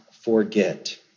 forget